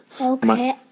Okay